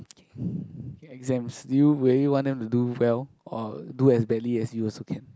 exams do you will you want them to do well or do as badly as you also can